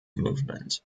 movement